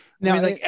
Now